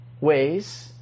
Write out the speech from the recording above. ways